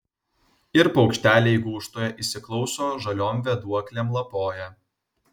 ir paukšteliai gūžtoje įsiklauso žaliom vėduoklėm lapoja